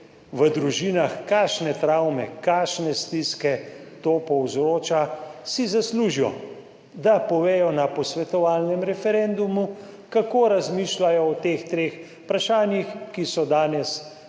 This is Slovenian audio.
v družinah, kakšne travme, kakšne stiske to povzroča, si zaslužijo, da povedo na posvetovalnem referendumu, kako razmišljajo o teh treh vprašanjih, ki so danes pred